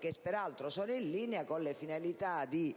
che peraltro sono in linea con le finalità di